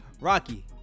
rocky